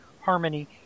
harmony